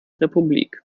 republik